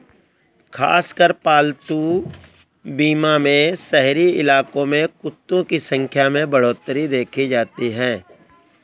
खासकर पालतू बीमा में शहरी इलाकों में कुत्तों की संख्या में बढ़ोत्तरी देखी जाती है